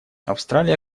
австралия